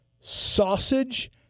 sausage